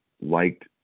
liked